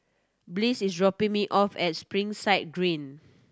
Bliss is dropping me off at Springside